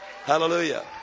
hallelujah